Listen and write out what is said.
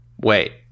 wait